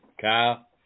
Kyle